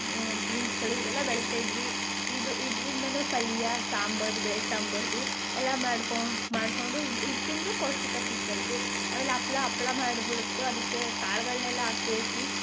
ಬೀನ್ಸ್ಗಳು ಇವೆಲ್ಲ ಬೆಳೀತಾ ಇದ್ವಿ ಇದು ಇದರಿಂದನೂ ಪಲ್ಯ ಸಾಂಬಾರು ಬೇಳೆ ಸಾಂಬಾರು ಎಲ್ಲ ಮಾಡ್ಕೊಂಡು ಮಾಡಿಕೊಂಡು ಇದು ಇದು ತಿಂದರೂ ಪೌಷ್ಟಿಕ ಸಿಗ್ತಾ ಇತ್ತು ಆಮೇಲೆ ಹಪ್ಳ ಹಪ್ಳ ಮಾಡ್ಬಿಟ್ಟು ಅದಕ್ಕೆ ಕಾಳುಗಳ್ನೆಲ್ಲ ಸೇರಿಸಿ